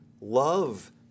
love